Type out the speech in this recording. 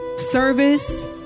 service